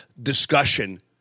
discussion